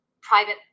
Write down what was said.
private